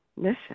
mission